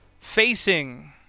facing